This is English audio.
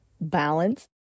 balance